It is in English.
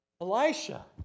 Elisha